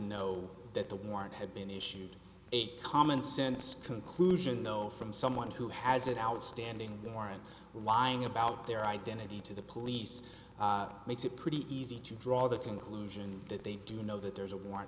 know that the warrant had been issued a commonsense conclusion though from someone who has an outstanding warrant lying about their identity to the police makes it pretty easy to draw the conclusion that they do know that there's a war